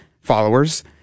followers